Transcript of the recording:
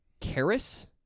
Karis